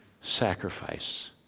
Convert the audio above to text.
sacrifice